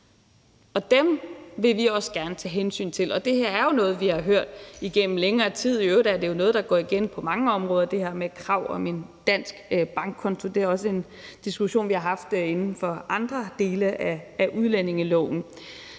dem vil vi også gerne tage hensyn til. Og det er her er jo noget, som vi har hørt igennem længere tid, og i øvrigt er det jo noget, der går igen på mange områder. Det her med krav om en dansk bankkonto er også en diskussion, vi har haft inden for andre dele af udlændingeloven.